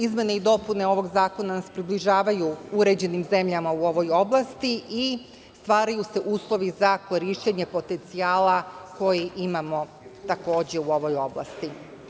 Izmene i dopune ovog zakona nas približavaju uređenim zemljama u ovoj oblasti i stvaraju se uslovi za korišćenje potencijala koji imamo takođe u ovoj oblasti.